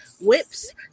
whips